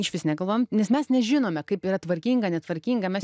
išvis negalvojam nes mes nežinome kaip yra tvarkinga netvarkinga mes